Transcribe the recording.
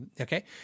okay